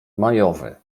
majowy